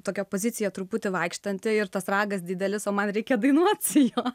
tokia pozicija truputį vaikštanti ir tas ragas didelis o man reikia dainuot su juo